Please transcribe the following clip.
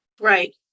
Right